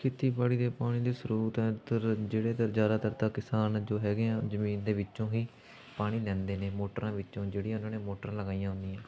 ਖੇਤੀਬਾੜੀ ਦੇ ਪਾਣੀ ਦੇ ਸਰੋਤ ਹੈ ਇੱਧਰ ਜਿਹੜੇ ਤਾਂ ਜ਼ਿਆਦਾਤਰ ਤਾਂ ਕਿਸਾਨ ਜੋ ਹੈਗੇ ਆ ਜ਼ਮੀਨ ਦੇ ਵਿੱਚੋਂ ਹੀ ਪਾਣੀ ਲੈਂਦੇ ਨੇ ਮੋਟਰਾਂ ਵਿੱਚੋਂ ਜਿਹੜੀਆਂ ਉਹਨਾਂ ਨੇ ਮੋਟਰ ਲਗਾਈਆਂ ਹੁੰਦੀਆਂ